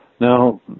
Now